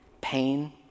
pain